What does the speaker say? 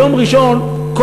ביום ראשון,